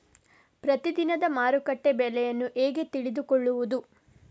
ಪ್ರತಿದಿನದ ಮಾರುಕಟ್ಟೆ ಬೆಲೆಯನ್ನು ಹೇಗೆ ತಿಳಿದುಕೊಳ್ಳುವುದು?